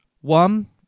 One